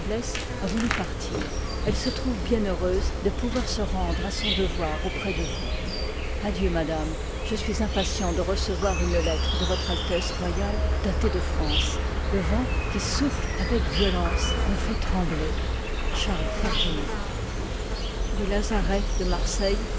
a voulu partir elle se trouve bien heureuse de pouvoir se rendre à son devoir auprès de vous adieu madame je suis impatient de recevoir une lettre de votre altesse royale datée de france le vent qui souffle avec violence me fait trembler charles ferdinand du lazareth de marseille